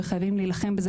וחייבים להילחם בזה,